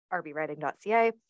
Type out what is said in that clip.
rbwriting.ca